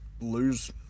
lose